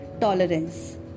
tolerance